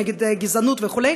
נגד גזענות וכו'.